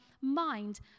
mind